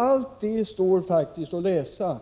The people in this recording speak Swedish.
Allt detta står att läsa